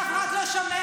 שאף אחד לא שומע,